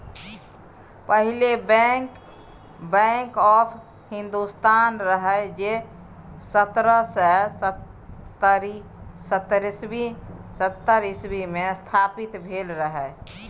पहिल bank, bank of Hindustan रहय जे सतरह सय सत्तरि इस्बी मे स्थापित भेल रहय